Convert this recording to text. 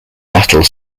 battle